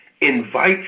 Invite